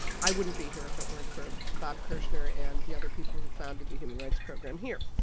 i wouldn't be here if it weren't for bob kirschner and the other people who founded the human rights program here.